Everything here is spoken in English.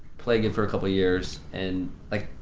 play good for a couple of years and like,